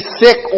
sick